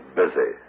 busy